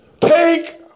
Take